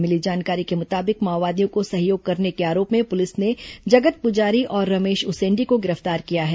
मिली जानकारी के मुताबिक माओवादियों को सहयोग करने के आरोप में पुलिस ने जगत पुजारी और रमेश उसेंडी को गिर फ्तार किया है